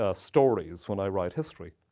ah stories when i write history.